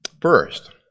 First